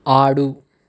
ఆడు